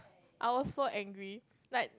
I was so angry like